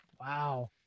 Wow